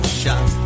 shot